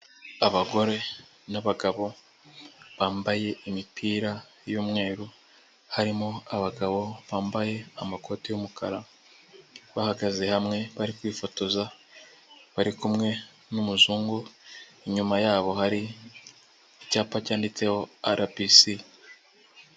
Abagore n'abagabo bambaye imipira y'umweru, harimo abagabo bambaye amakoti y'umukara, bahagaze hamwe bari kwifotoza bari kumwe n'umuzungu, inyuma yabo hari icyapa cyanditseho RBC.